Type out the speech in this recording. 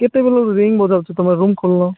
କେତେବେଲୁ ring ବଜାଉଛି ତୁମେ room ଖୋଲୁନ